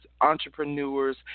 entrepreneurs